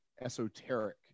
esoteric